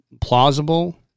plausible